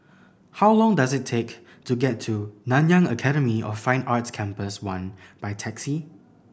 how long does it take to get to Nanyang Academy of Fine Arts Campus One by taxi